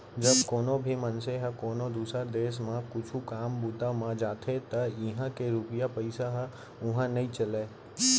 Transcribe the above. जब कोनो भी मनसे ह कोनो दुसर देस म कुछु काम बूता म जाथे त इहां के रूपिया पइसा ह उहां नइ चलय